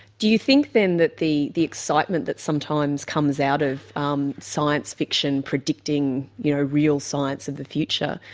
do you think then that the the excitement that sometimes comes out of um science fiction predicting you know real science of the future,